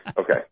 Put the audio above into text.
Okay